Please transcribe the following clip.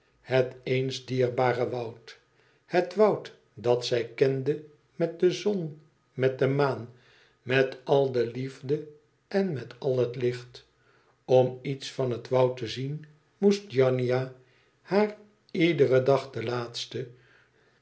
het eens dierbare woud het woud dat zij kende met de zon met de maan met al de liefde en met al het licht om lets van het woud te zien moest giannina haar iederen dag de laatste